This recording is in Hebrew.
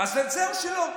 אז זהו, שלא.